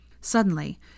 Suddenly